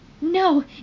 No